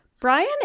Brian